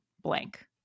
blank